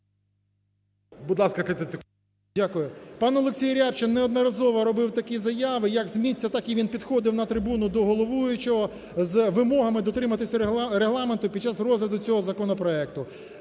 Дякую. Пан Олексій Рябчин неодноразово робив такі заяви як з місця, так і він підходив на трибуну до головуючого з вимогами дотримуватись Регламенту під час розгляду цього законопроекту.